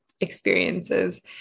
experiences